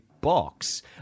box